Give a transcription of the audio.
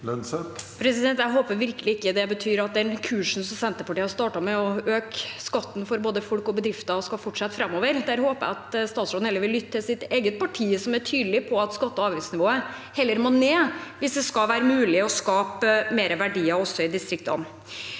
Jeg håper virke- lig ikke det betyr at den kursen Senterpartiet har startet med – å øke skatten for både folk og bedrifter – skal fortsette framover. Der håper jeg at statsråden heller vil lytte til sitt eget parti, som er tydelig på at skatte- og avgiftsnivået heller må ned hvis det skal være mulig å skape mer verdier også i distriktene.